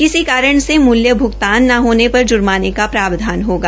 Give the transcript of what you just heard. किसी कारण से मूल्य भ्गतान न होने पर ज्र्माने का प्रावधान होगा